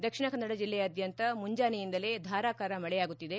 ದಕ್ಷಿಣ ಕನ್ನಡ ಜಿಲ್ಲೆಯಾದ್ಯಂತ ಮುಂಚಾನೆಯಿಂದಲೇ ಧಾರಾಕಾರ ಮಳೆಯಾಗುತ್ತಿದೆ